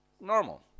normal